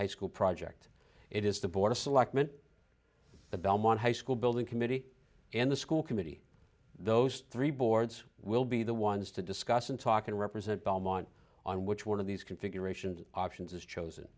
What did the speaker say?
high school project it is the board of selectmen the belmont high school building committee and the school committee those three boards will be the ones to discuss and talk and represent belmont on which one of these configuration options is chosen